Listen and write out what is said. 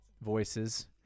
voices